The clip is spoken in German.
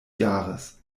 jahres